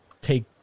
take